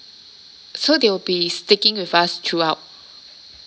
so they'll be sticking with us throughout